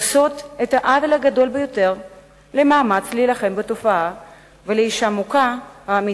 עושות את העוול הגדול ביותר למאמץ להילחם בתופעה ולאשה המוכה באמת.